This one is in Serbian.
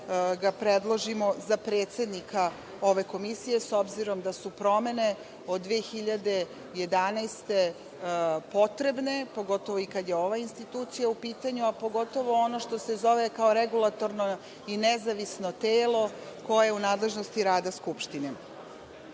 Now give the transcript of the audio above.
ga predložimo za predsednika ove komisije, s obzirom da su promene od 2011. godine potrebne, pogotovo kada je ova institucija u pitanju, a pogotovo ono što se zove kao regulatorno i nezavisno telo koje je u nadležnosti rada Skupštine. Pored